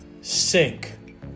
sink